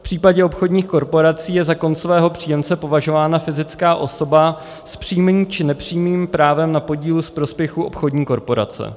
V případě obchodních korporací je za koncového příjemce považována fyzická osoba s přímým či nepřímým právem na podílu z prospěchu obchodní korporace.